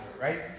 right